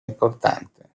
importante